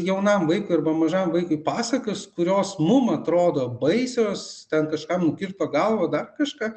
jaunam vaikui arba mažam vaikui pasakas kurios mum atrodo baisios ten kažkam nukirto galvą dar kažką